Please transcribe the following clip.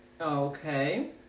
Okay